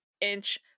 inch